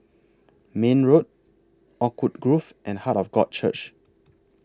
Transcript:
Mayne Road Oakwood Grove and Heart of God Church